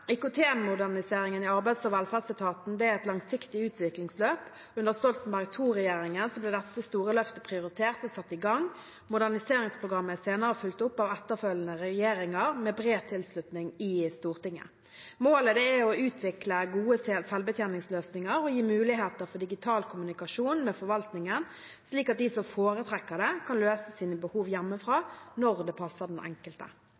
i arbeids- og velferdsetaten er et langsiktig utviklingsløp. Under Stoltenberg II-regjeringen ble dette store løftet prioritert og satt i gang. Moderniseringsprogrammet er senere fulgt opp av etterfølgende regjeringer med bred tilslutning i Stortinget. Målet er å utvikle gode selvbetjeningsløsninger og gi muligheter for digital kommunikasjon med forvaltningen slik at de som foretrekker det, kan løse sine behov hjemmefra, når det passer den enkelte.